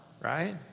Right